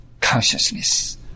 Consciousness